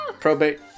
Probate